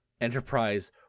Enterprise